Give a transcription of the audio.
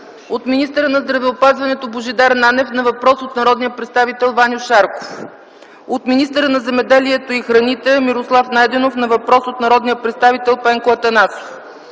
от министъра на здравеопазването Божидар Нанев на въпрос от народния представител Ваньо Шарков; - от министъра на земеделието и храните Мирослав Найденов на въпрос от народния представител Пенко Атанасов;